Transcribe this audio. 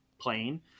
playing